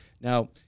Now